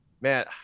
man